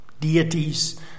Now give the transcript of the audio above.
deities